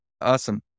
Awesome